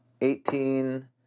eighteen